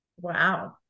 Wow